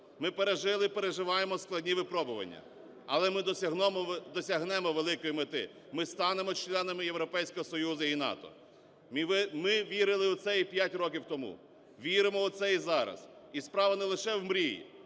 ми пережили і переживаємо складні випробування, але ми досягнемо великої мети – ми станемо членами Європейського Союзу і НАТО. Ми вірили у це і 5 років тому, віримо у це і зараз. І справа не лише в мрії.